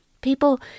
People